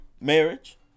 Marriage